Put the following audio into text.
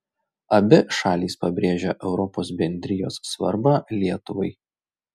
abi šalys pabrėžia europos bendrijos svarbą lietuvai